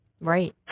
Right